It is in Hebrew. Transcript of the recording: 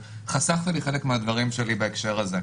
חסכת לי חלק מהדברים שרציתי לומר בהקשר הזה.